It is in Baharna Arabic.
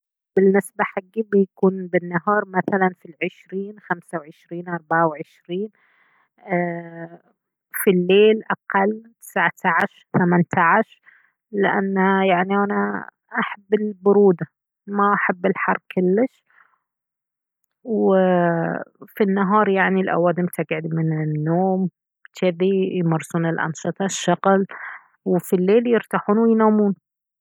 بالنسبة حقي بيكون بالنهار مثلا في العشرين خمسة وعشرين اربعة وعشرين ايه في الليل اقل تسعة عشر ثمانة عشر لانه يعني انا احب البرودة ما احب الحر كلش وفي النهار يعني الاوادم تقعد من النوم جذي يمارسون الانشطة الشغل وفي الليل يرتاحون وينامون